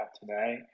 today